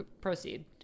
Proceed